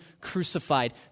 crucified